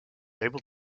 able